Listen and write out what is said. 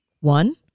One